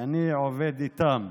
שאני עובד איתם,